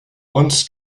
once